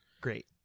Great